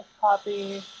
copy